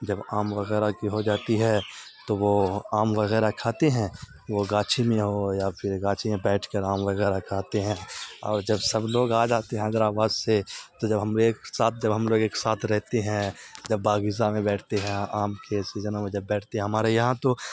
جب آم وغیرہ کی ہو جاتی ہے تو وہ آم وغیرہ کھاتے ہیں وہ گاچھی میں ہو یا پھر گاچھی میں بیٹھ کر آم وغیرہ کھاتے ہیں اور جب سب لوگ آ جاتے ہیں حیدرآباد سے تو جب ہم ایک ساتھ جب ہم لوگ ایک ساتھ رہتے ہیں جب باغیچہ میں بیٹھتے ہیں آم کے سیزنوں میں جب بیٹھتے ہیں ہمارے یہاں تو